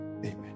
amen